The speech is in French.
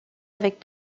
avec